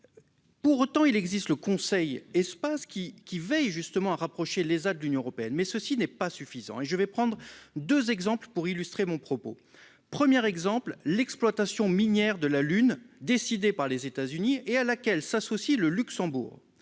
Certes, il existe le conseil Espace, qui veille à rapprocher l'ESA de l'Union européenne, mais cela n'est pas suffisant. Je vais prendre deux exemples pour illustrer mon propos. Premier exemple : l'exploitation minière de la Lune, décidée par les États-Unis et à laquelle s'associe le Luxembourg,